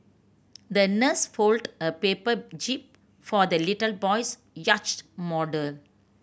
the nurse folded a paper jib for the little boy's yacht model